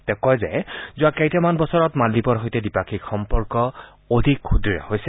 তেওঁ কয় যে যোৱা কেইটামান বছৰত মালদ্বীপৰ সৈতে দ্বিপাক্ষিক সম্পৰ্ক অধিক সুদ্ঢ় হৈছে